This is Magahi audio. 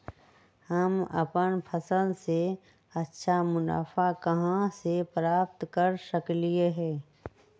हम अपन फसल से अच्छा मुनाफा कहाँ से प्राप्त कर सकलियै ह?